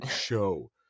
show